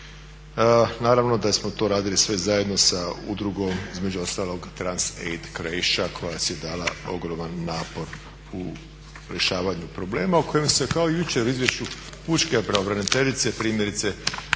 Naravno da smo to radili sve zajedno sa udrugom između ostalom Trans Aid Croatia koja si je dala ogroman napor u rješavanju problema o kojem se kao jučer u Izvješću pučke pravobraniteljice